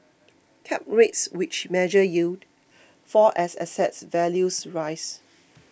cap rates which measure yield fall as asset values rise